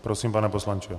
Prosím, pane poslanče.